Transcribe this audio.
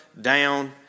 down